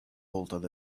bolted